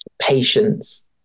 Patience